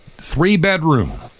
three-bedroom